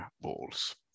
balls